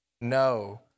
No